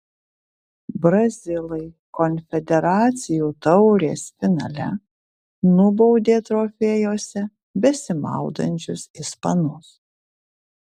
brazilai konfederacijų taurės finale nubaudė trofėjuose besimaudančius ispanus